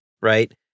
right